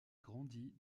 grandi